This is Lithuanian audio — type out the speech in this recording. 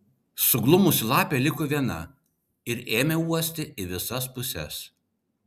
suglumusi lapė liko viena ir ėmė uosti į visas puses